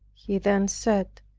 he then said,